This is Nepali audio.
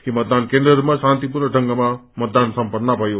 यी मतदान केन्द्रहरूमा शान्तिपूर्ण ढंगमा मतदान सम्पन्न भयो